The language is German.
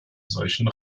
solchen